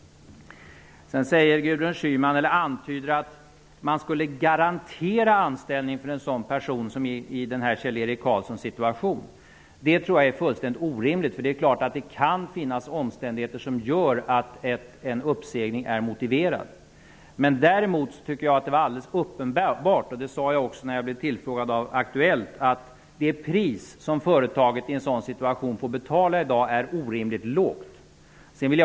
Gudrun Schyman antyder att man skulle garantera anställning för en person i Kjell-Erik Karlssons situation. Det tror jag är fullständigt orimligt. Det kan finnas omständigheter som gör att en uppsägning är motiverad. Däremot tycker jag att det är alldeles uppenbart -- det sade jag också när jag blev tillfrågad av Aktuellt -- att det pris som företaget i en sådan situation får betala är orimligt lågt i dag.